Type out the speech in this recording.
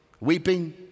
weeping